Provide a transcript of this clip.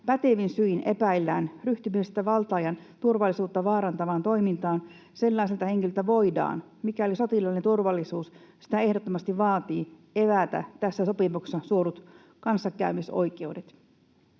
pätevin syin epäillään ryhtymisestä valtaajan turvallisuutta vaarantavaan toimintaan, sellaiselta henkilöltä voidaan, mikäli sotilaallinen turvallisuus sitä ehdottomasti vaatii, evätä tässä sopimuksessa suodut kanssakäymisoikeudet.”